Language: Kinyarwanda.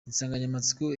insanganyamatsiko